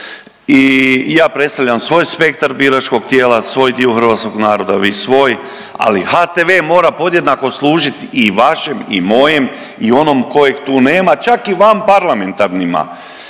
I ja predstavljam svoj spektar biračkog tijela, svoj dio hrvatskog naroda, vi svoj, ali HTV mora podjednako služiti i vašem i mojem i onom kojeg tu nema čak i vanparlamentarnima